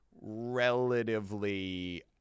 relatively